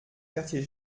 quartier